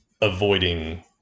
avoiding